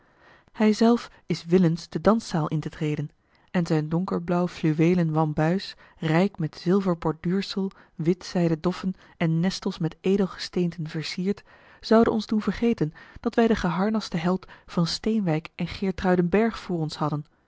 hij zelf is willens de danszaal in te treden en zijn donkerblauw fluweelen wanbuis rijk met zilverborduursel wit zijden doffen en nestels met edelgesteenten versierd zoude ons doen vergeten dat wij den geharnasten held van steenwijk en geertruidenberg voor ons hadden